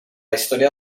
història